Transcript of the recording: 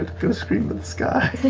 go scream at the sky.